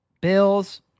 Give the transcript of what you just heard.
Bills